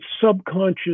subconscious